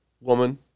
woman